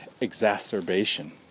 exacerbation